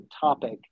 topic